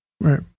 right